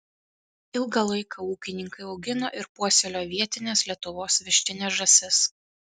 ilgą laiką ūkininkai augino ir puoselėjo vietines lietuvos vištines žąsis